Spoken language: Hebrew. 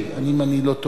אם אני לא טועה.